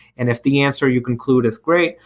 and if the answer you conclude is great,